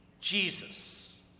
Jesus